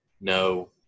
No